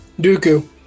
Dooku